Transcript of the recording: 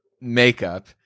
makeup